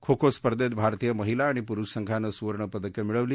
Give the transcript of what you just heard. खो खो स्पर्धेत भारतीय महिला आणि पुरुष संघानं सुवर्णपदकं मिळवली